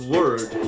Word